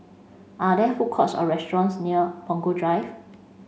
are there food courts or restaurants near Punggol Drive